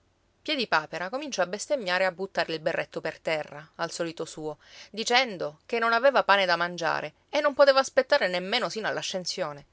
mio piedipapera cominciò a bestemmiare e a buttare il berretto per terra al solito suo dicendo che non aveva pane da mangiare e non poteva aspettare nemmeno sino all'ascensione